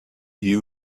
you